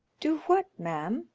do what, ma'am?